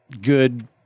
good